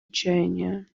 отчаяния